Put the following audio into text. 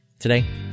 Today